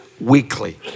weekly